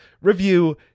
review